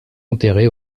enterré